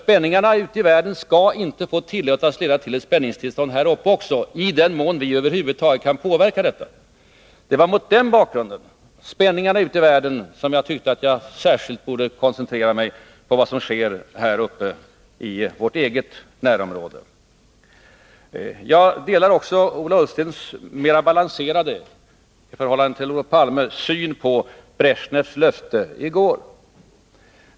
Spänningarna ute i världen skall inte få tillåtas leda till ett spänningstillstånd här uppe också — i den mån vi över huvud taget kan påverka detta. Det var mot den bakgrunden som jag tyckte att jag särskilt borde koncentrera mig på vad som sker i vår egen närhet. Jag delar också den mera balanserade syn som Ola Ullsten har — i förhållande till Olof Palme — på Bresjnevs löfte i går.